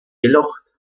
gelocht